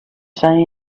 say